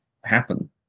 happen